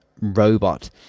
robot